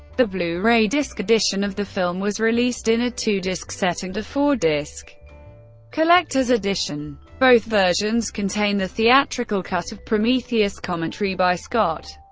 the blu-ray disc edition of the film was released in a two disc set and a four disc collector's edition. both versions contain the theatrical cut of prometheus, commentary by scott,